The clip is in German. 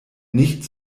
nicht